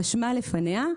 רשמה לפניה,